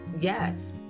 yes